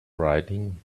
writing